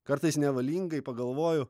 kartais nevalingai pagalvoju